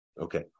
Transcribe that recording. Okay